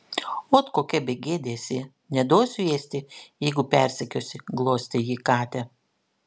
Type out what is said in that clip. ot kokia begėdė esi neduosiu ėsti jeigu persekiosi glostė ji katę